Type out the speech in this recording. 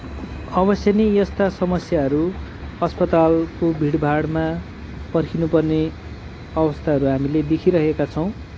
अवश्य नै यस्ता समस्याहरू अस्पतालको भिडभाडमा पर्खिनु पर्ने अवस्थाहरू हामीले देखिरहेका छौँ